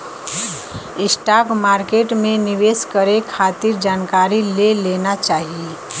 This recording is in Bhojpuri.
स्टॉक मार्केट में निवेश करे खातिर जानकारी ले लेना चाही